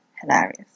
hilarious